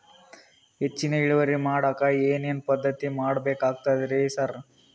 ಹೆಚ್ಚಿನ್ ಇಳುವರಿ ಮಾಡೋಕ್ ಏನ್ ಏನ್ ಪದ್ಧತಿ ಮಾಡಬೇಕಾಗ್ತದ್ರಿ ಸರ್?